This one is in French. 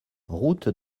route